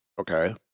okay